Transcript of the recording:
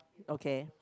okay